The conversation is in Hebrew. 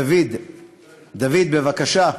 דוד, דוד, בבקשה.